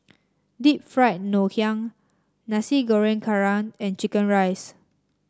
Deep Fried Ngoh Hiang Nasi Goreng Kerang and chicken rice